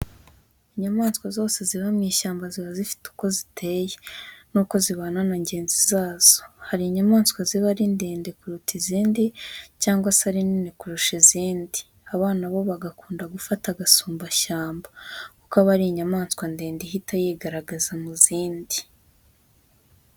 Inyamaswa zose ziba mu ishyamba ziba zifite uko ziteye nuko zibana na zigenzi zazo. Hari inyamaswa ziba ari ndende kuruta izindi cyangwa se ari nini kurusha izindi. Abana bo bagakunda gufata agasumbashyamba kuko aba ari inyamaswa ndende ihita yigaragaza mu zindi.